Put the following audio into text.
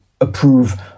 approve